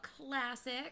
classic